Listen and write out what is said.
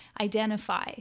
identify